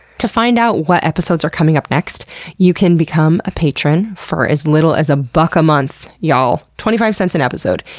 to find out what episodes are coming up next you can become a patron for as little as a buck a month, y'all. twenty five cents an episode.